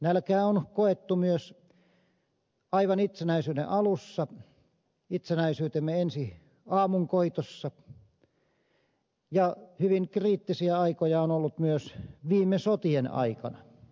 nälkää on koettu myös aivan itsenäisyyden alussa itsenäisyytemme ensi aamunkoitossa ja hyvin kriittisiä aikoja on ollut myös viime sotien aikana